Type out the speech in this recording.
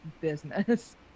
business